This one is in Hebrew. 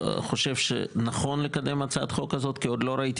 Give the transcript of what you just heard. חושב שנכון לקדם הצעת חוק כזאת כי עוד לא ראיתי